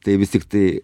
tai vis tiktai